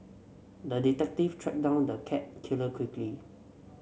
the detective tracked down the cat killer quickly